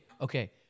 okay